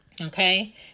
Okay